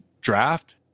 draft